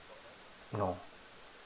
no